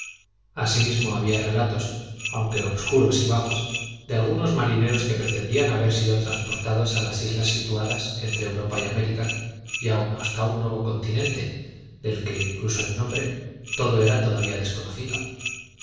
asimismo habia relatos aunque obscuros y vagos de algunos marineros que pretendían haber sido transportados a las islas situadas entre europa y américa y aun hasta un nuevo continente del que incluso el nombre todo era todavía desconocido he